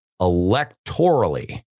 electorally